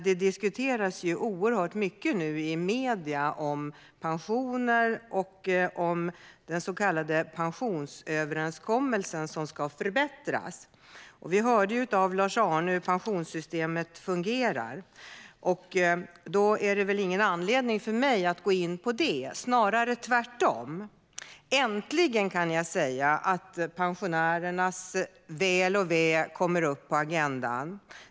Det diskuteras oerhört mycket i medierna om pensioner och om den så kallade pensionsöverenskommelsen, som ska förbättras. Vi hörde av Lars-Arne Staxäng hur pensionssystemet fungerar, och därför har jag ingen anledning att gå in på det, snarare tvärtom. Äntligen kommer pensionärernas väl och ve upp på agendan.